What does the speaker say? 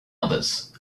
others